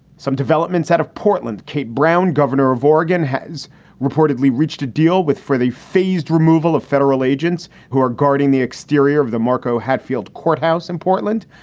some developments out of portland. kate brown, governor of oregon, has reportedly reached a deal with for the phased removal of federal agents who are guarding the exterior of the marco hatfield courthouse in portland.